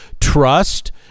trust